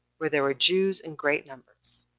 where there were jews in great numbers.